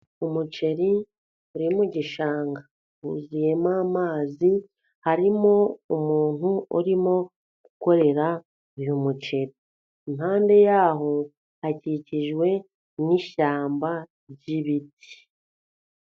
Umuceri uri mu gishanga wuzuyemo amazi. Harimo umuntu urimo gukorera uyu muceri. Impande yaho hakikijwe n'ishyamba ry'ibiti.